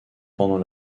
pendant